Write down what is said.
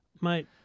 mate